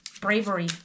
bravery